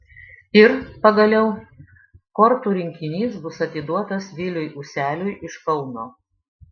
ir pagaliau kortų rinkinys bus atiduotas viliui useliui iš kauno